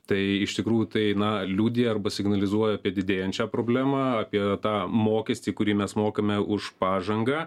tai iš tikrųjų tai na liudija arba signalizuoja apie didėjančią problemą apie tą mokestį kurį mes mokame už pažangą